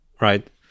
right